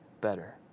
better